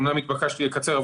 אומנם התבקשתי לקצר,